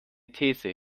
these